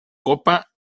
copa